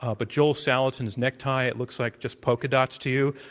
ah but joel salatin's neck tie, it looks like just polka dots to you.